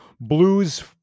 blues